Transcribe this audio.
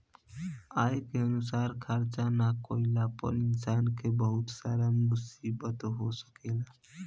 आय के अनुसार खर्चा ना कईला पर इंसान के बहुत सारा मुसीबत हो सकेला